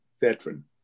veteran